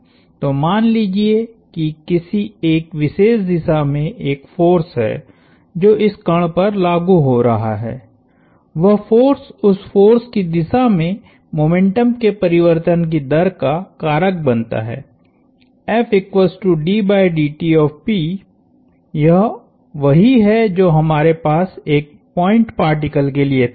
तो मान लीजिए कि किसी एक विशेष दिशा में एक फोर्स है जो इस कण पर लागु हो रहा है वह फोर्स उस फोर्स की दिशा में मोमेंटम के परिवर्तन की दर का कारक बनता हैयह वही है जो हमारे पास एक पॉइंट पार्टिकल के लिए था